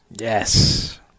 Yes